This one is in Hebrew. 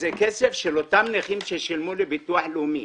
זה כסף של אותם נכים, ששילמו לביטוח לאומי,